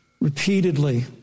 repeatedly